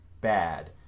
bad